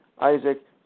Isaac